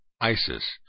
Isis